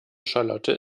charlotte